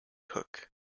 cook